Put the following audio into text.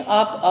up